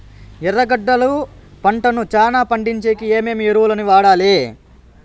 ఎర్రగడ్డలు పంటను చానా పండించేకి ఏమేమి ఎరువులని వాడాలి?